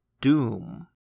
Doom